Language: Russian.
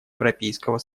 европейского